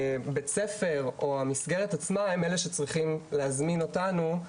בית ספר או המסגרת עצמה הם אלה שצריכים להזמין אותנו,